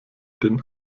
den